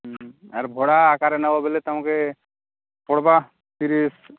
ହୁଁ ଆର ଭଡ଼ା ଆକାରରେ ନେବ ବେଲେ ତୁମକୁ ପଡ଼ିବ ତିରିଶ